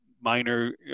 minor